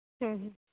ᱦᱩᱸ ᱦᱩᱸ